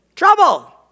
trouble